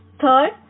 Third